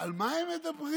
על מה הם מדברים.